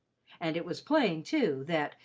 and it was plain, too, that,